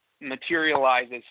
materializes